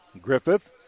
Griffith